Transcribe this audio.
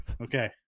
Okay